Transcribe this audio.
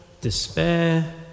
despair